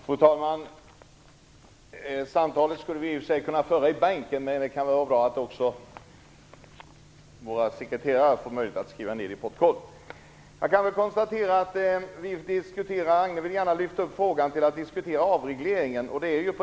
Fru talman! Vi skulle i och för sig kunna föra samtalet i bänken, men det kan vara bra att våra stenografer får möjlighet att skriva ner det för protokollet. Agne Hansson vill gärna lyfta upp frågan till en diskussion om avreglering.